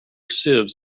sieves